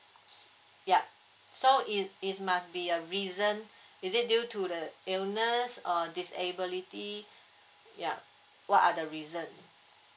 yup so it it's must be a reason is it due to the illness or disability yup what are the reason